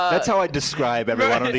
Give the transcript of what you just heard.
that's how i describe everyone on the